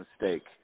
mistake